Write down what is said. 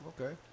okay